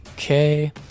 Okay